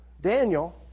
Daniel